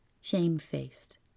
shamefaced